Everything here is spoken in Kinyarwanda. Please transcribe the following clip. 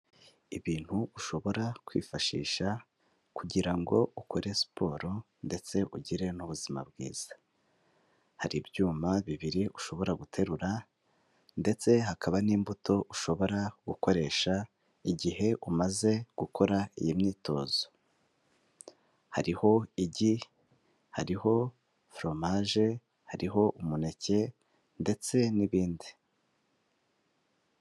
Ibintu ushobora kwifashisha kugira ngo ukore siporo ndetse ugire n'ubuzima bwiza, hari ibyuma bibiri ushobora guterura ndetse hakaba n'imbuto ushobora gukoresha igihe umaze gukora iyi myitozo, hariho igi, hariho foromaje, hariho umuneke ndetse n'ibindi.